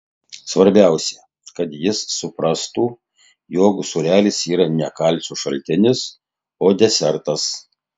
svarbiausia kad jis suprastų jog sūrelis yra ne kalcio šaltinis o desertas